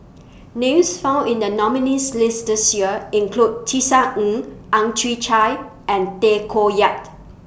Names found in The nominees' list This Year include Tisa Ng Ang Chwee Chai and Tay Koh Yat